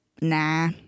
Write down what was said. nah